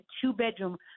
two-bedroom